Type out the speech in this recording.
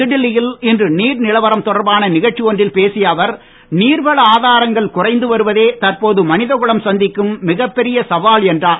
புதுடில்லி யில் இன்று நீர் நிலவரம் தொடர்பான நிகழ்ச்சி ஒன்றில் பேசிய அவர் நீர்வள ஆதாரங்கள் குறைந்து வருவதே தற்போது மனித குலம் சந்திக்கும் மிகப்பெரிய சவால் என்றார்